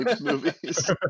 movies